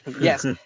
Yes